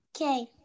Okay